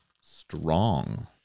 strong